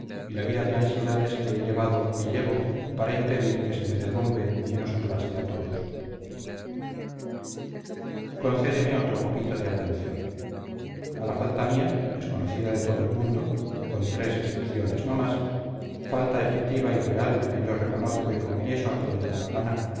y la vida de ansiedades que he llevado y llevo para impedir que se me derrumbe y nos aplaste a todos concédeme otro poquito de atención a la falta mía desconocida de todo el mundo con tres excepciones no más falta efectiva y real que yo reconozco y confieso a quien me da la gana